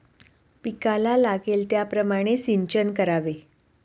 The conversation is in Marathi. पिकाला लागेल त्याप्रमाणे सिंचन करावे